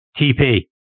TP